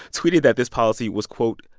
tweeted that this policy was, quote,